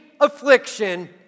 affliction